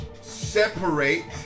separate